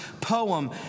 poem